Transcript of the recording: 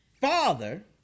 father